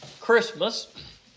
Christmas